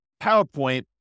PowerPoint